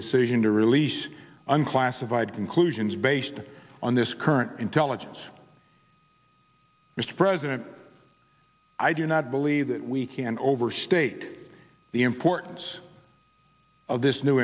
decision to release unclassified conclusions based on this current intelligence mr president i do not believe that we can overstate the importance of this new